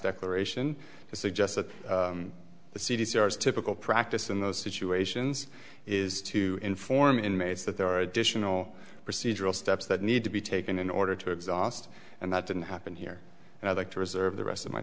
declaration suggests that the c d c has typical practice in those situations is to inform inmates that there are additional procedural steps that need to be taken in order to exhaust and that didn't happen here and i'd like to reserve the rest of my